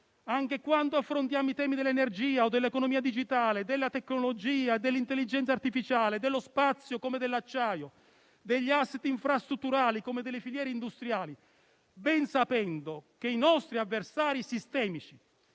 anche quando affrontiamo i temi dell'energia o dell'economia digitale, della tecnologia, dell'intelligenza artificiale, dello spazio come dell'acciaio, degli *asset* infrastrutturali come delle filiere industriali, ben sapendo che i nostri avversari sistemici,